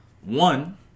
one